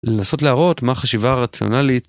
לנסות להראות מה חשיבה רציונלית.